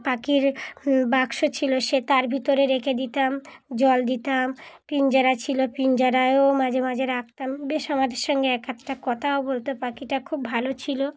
পাখির বাক্স ছিল সে তার ভিতরে রেখে দিতাম জল দিতাম পিঞ্জারা ছিল পিঞ্জারায়ও মাঝে মাঝে রাখতাম বেশ আমাদের সঙ্গে এক আধটা কথাও বলত পাখিটা খুব ভালো ছিল